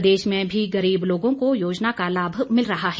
प्रदेश में भी गरीब लोगों को योजना का लाभ मिल रहा है